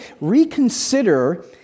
reconsider